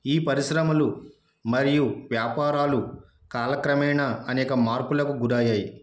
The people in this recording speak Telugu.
ఈ పరిశ్రమలు మరియు వ్యాపారాలు కాలక్రమేణ అనేక మార్పులకు గురయ్యాయి